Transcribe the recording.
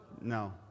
No